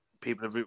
People